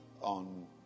on